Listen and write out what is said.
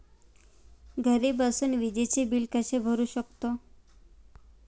घरी बसून विजेचे बिल कसे भरू शकतो?